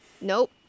Nope